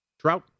Trout